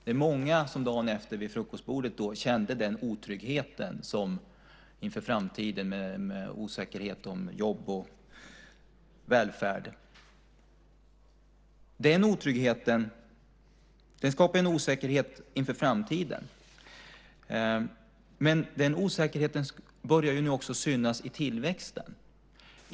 Det var många som vid köksbordet dagen efter kände otrygghet inför framtiden, med osäkerhet om jobb och välfärd. Den otryggheten skapar en osäkerhet inför framtiden. Men den osäkerheten börjar nu också synas i tillväxten.